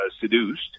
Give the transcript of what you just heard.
seduced